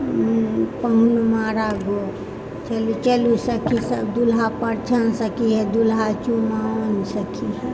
पहुनवा राघो चलु चलु सखीसभ दुल्हा परिछन सखीहे दुल्हा चुमाओन सखीहे